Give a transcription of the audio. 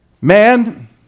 Man